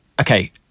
okay